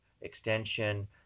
extension